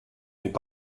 n’est